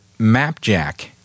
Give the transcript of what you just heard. Mapjack